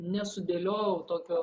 nesudėliojau tokio